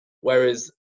whereas